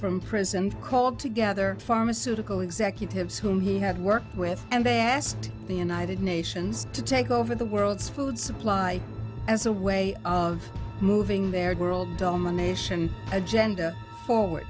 from prison called together pharmaceutical executives whom he had worked with and they asked the united nations to take over the world's food supply as a way of moving their world domination agenda forward